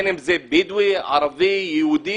בדואי, ערבי, יהודי